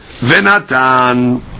venatan